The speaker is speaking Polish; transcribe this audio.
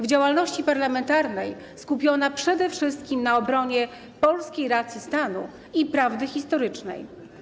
W działalności parlamentarnej skupiona przede wszystkim na obronie polskiej racji stanu i prawdy historycznej.